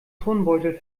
turnbeutel